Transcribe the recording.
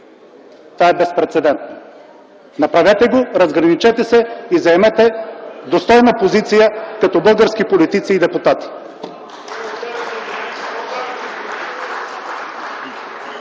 Това е безпрецедентно. Направете го, разграничете се и заемете достойна позиция като български политици и депутати!